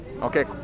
okay